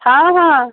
ହଁ ହଁ